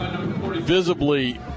visibly